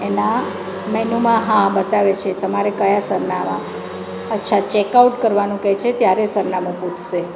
એના મેનૂમાં હા બતાવે છે તમારે કયા સરનામા અચ્છા ચેકઆઉટ કરવાનું કે છે ત્યારે સરનામું પૂછશે